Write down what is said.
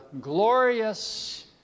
glorious